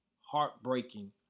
heartbreaking